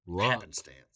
happenstance